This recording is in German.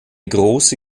große